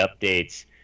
updates